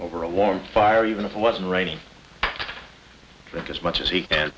over a warm fire even if it wasn't raining as much as he can